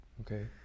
okay